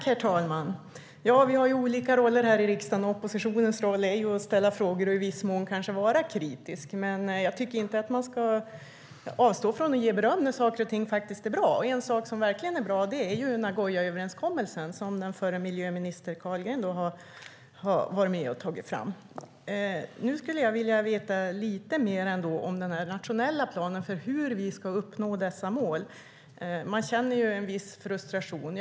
Herr talman! Vi har olika roller här i riksdagen, och oppositionens roll är ju att ställa frågor och i viss mån vara kritisk. Men jag tycker inte att man ska avstå från att ge beröm när saker och ting faktiskt är bra. En sak som verkligen är bra är Nagoyaöverenskommelsen som den förra miljöministern Carlgren har varit med och tagit fram. Jag skulle vilja veta lite mer om den här nationella planen för hur vi ska uppnå dessa mål. Man känner en viss frustration.